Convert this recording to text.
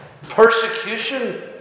persecution